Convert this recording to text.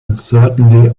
uncertainly